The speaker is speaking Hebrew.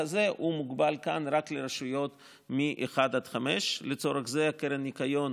מוגבל כאן לרשויות שמ-1 עד 5. לצורך זה קרן הניקיון